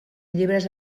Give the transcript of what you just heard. llibres